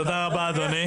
תודה רבה אדוני.